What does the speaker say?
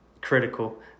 critical